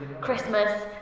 Christmas